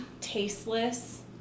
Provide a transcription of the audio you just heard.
Tasteless